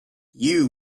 you